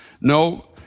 No